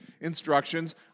instructions